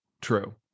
true